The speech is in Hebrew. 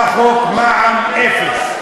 אני רוצה לשתף אתכם עכשיו: יש מה שנקרא חוק מע"מ אפס,